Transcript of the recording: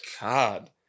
God